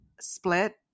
split